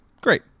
Great